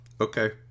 okay